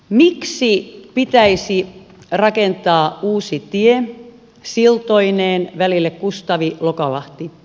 miksi pitäisi rakentaa uusi tie siltoineen välille kustavilokalahti